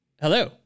Hello